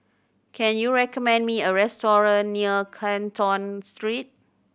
can you recommend me a restaurant near Canton Street